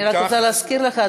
אני רוצה רק להזכיר לך,